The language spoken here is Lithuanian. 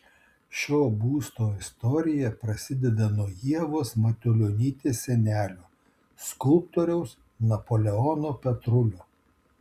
šio būsto istorija prasideda nuo ievos matulionytės senelio skulptoriaus napoleono petrulio